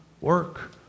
work